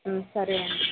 సరే అండి